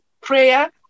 prayer